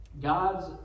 God's